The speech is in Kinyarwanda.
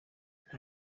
nta